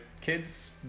kid's